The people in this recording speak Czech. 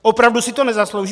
Opravdu si to nezaslouží?